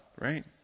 right